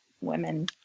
women